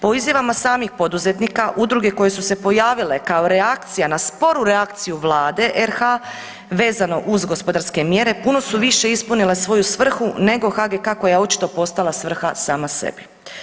Po izjavama samih poduzetnika udruge koje su se pojavile kao reakcija na sporu reakciju Vlade RH vezano uz gospodarske mjere puno su više ispunile svoju svrhu nego HGK koja je očito postala svrha sama sebi.